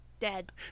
Dead